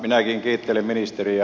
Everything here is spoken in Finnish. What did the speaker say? minäkin kiittelen ministeriä